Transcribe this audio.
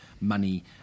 money